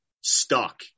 stuck